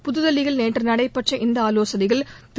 புதுதில்லியில் நேற்று நடைபெற்ற இந்த ஆலோசனையில் திரு